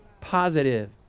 positive